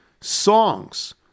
songs